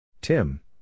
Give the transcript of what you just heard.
Tim